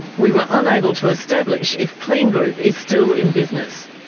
we were unable to establish if kleen group is still in business.